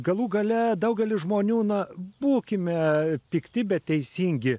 galų gale daugelis žmonių na būkime pikti bet teisingi